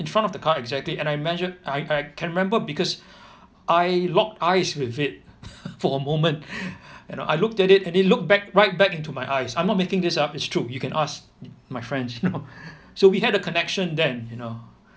in front of the car exactly and I measure I I can remember because I locked eyes with it for a moment I looked at it and it looked back right back into my eyes I'm not making this up it's true you can ask my friends you know so we had a connection then you know